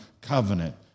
covenant